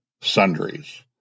sundries